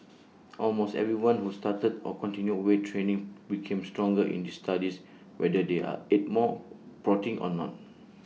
almost everyone who started or continued weight training became stronger in these studies whether they ate more protein or not